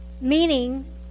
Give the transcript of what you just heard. Meaning